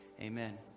Amen